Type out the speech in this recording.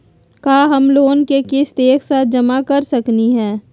का हम लोन के किस्त एक साथ जमा कर सकली हे?